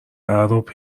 اعراب